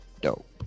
Dope